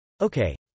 okay